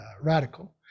radical